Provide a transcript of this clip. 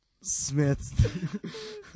Smith